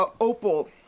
Opal